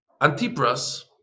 Antipras